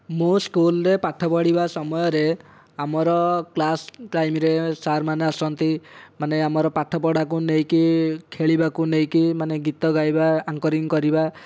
ମୁଁ ସ୍କୁଲରେ ପାଠ ପଢ଼ିବା ସମୟରେ ଆମର କ୍ଲାସ୍ ଟାଇମ୍ରେ ସାର୍ମାନେ ଆସନ୍ତି ମାନେ ଆମର ପାଠ ପଢ଼ାକୁ ନେଇକି ଖେଳିବାକୁ ନେଇକି ମାନେ ଗୀତ ଗାଇବା ଆଁକରିଂ କରିବା